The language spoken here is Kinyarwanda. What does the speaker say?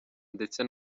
ndetse